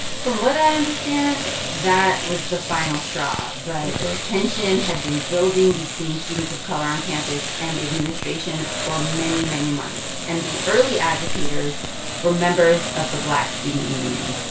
from what i understand, that was the final straw. but tension had been building between students of color on campus and the administration for many, many months. and the early agitators were members of the black student union